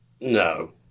No